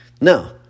no